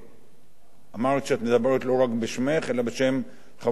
אמרת שאת מדברת לא רק בשמך, אלא בשם חברי הכנסת